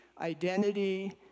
identity